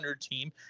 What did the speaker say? team